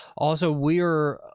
also, we are,